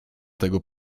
tego